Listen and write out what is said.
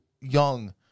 young